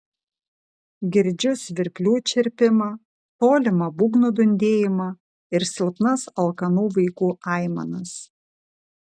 girdžiu svirplių čirpimą tolimą būgnų dundėjimą ir silpnas alkanų vaikų aimanas